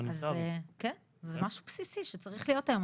זה משהו בסיסי שצריך להיות היום,